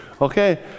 Okay